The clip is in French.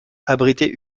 abritait